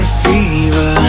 fever